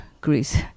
Greece